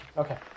Okay